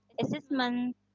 assessment